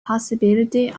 possibility